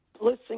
Listen